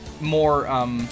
more